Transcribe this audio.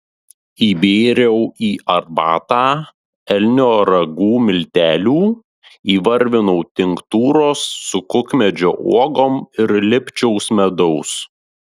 įbėriau į arbatą elnio ragų miltelių įvarvinau tinktūros su kukmedžio uogom ir lipčiaus medaus